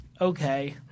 okay